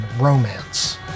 romance